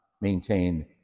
maintain